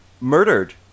Murdered